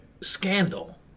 scandal